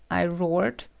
i roared.